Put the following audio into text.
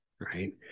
right